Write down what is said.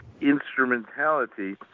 instrumentality